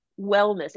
wellness